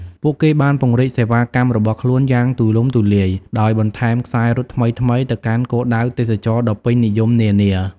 ពួកគេបានពង្រីកសេវាកម្មរបស់ខ្លួនយ៉ាងទូលំទូលាយដោយបន្ថែមខ្សែរត់ថ្មីៗទៅកាន់គោលដៅទេសចរណ៍ដ៏ពេញនិយមនានា។